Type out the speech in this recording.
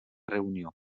reunió